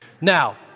Now